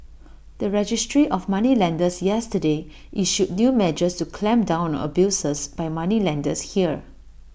the registry of moneylenders yesterday issued new measures to clamp down on abuses by moneylenders here